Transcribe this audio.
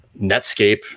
Netscape